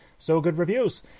sogoodreviews